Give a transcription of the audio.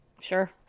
Sure